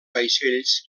vaixells